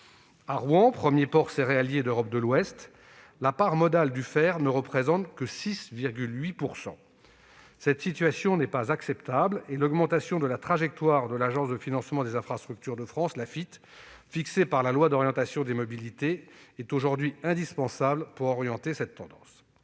À Rouen, premier port céréalier d'Europe de l'Ouest, la part modale du fer ne représente que 6,8 %. Cette situation n'est pas acceptable. L'augmentation de la trajectoire de l'Agence de financement des infrastructures de transport de France (Afitf), fixée par la LOM, est aujourd'hui indispensable pour enrayer cette tendance.